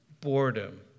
boredom